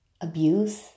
abuse